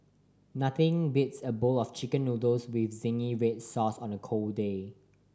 nothing beats a bowl of Chicken Noodles with zingy red sauce on a cold day